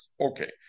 Okay